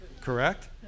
Correct